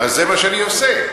זה מה שאני עושה.